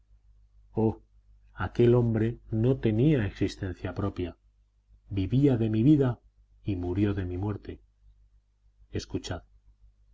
aquel hombre no tenía existencia propia vivía de mi vida y murió de mi muerte escuchad